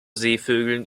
seevögeln